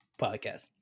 podcast